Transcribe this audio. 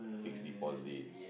fixed deposits